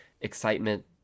excitement